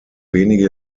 wenige